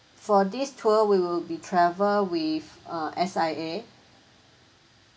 for this tour we will be travel with uh S_I_A